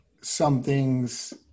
something's